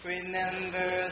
Remember